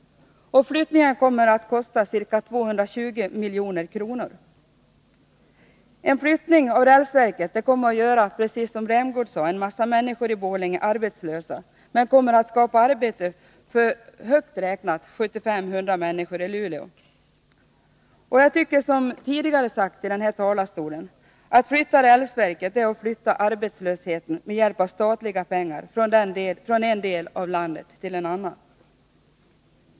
Flyttningen kommer att kosta ca 220 milj.kr. En flyttning av rälsverket kommer, precis som Rolf Rämgård sade, att göra många människor i Borlänge arbetslösa, men den kommer att skapa arbete för, högt räknat, 75-100 människor i Luleå. Jag tycker som det tidigare har sagts i den här talarstolen — att flytta rälsverket det är att flytta arbetslösheten med hjälp av statliga pengar från en del av landet till en annan.